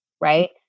right